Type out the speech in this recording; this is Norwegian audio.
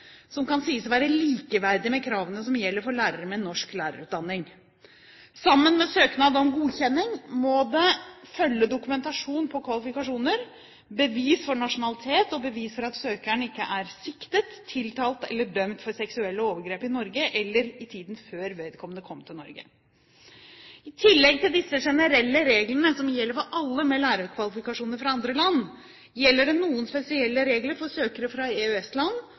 som kan sies å være likeverdig med kravene som gjelder for lærere med norsk lærerutdanning. Sammen med søknad om godkjenning må det følge dokumentasjon på kvalifikasjoner, bevis for nasjonalitet og bevis for at søkeren ikke er siktet, tiltalt eller dømt for seksuelle overgrep i Norge eller i tiden før vedkommende kom til Norge. I tillegg til disse generelle reglene, som gjelder for alle med lærerkvalifikasjoner fra andre land, gjelder det noen spesielle regler for søkere fra